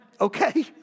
Okay